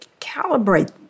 calibrate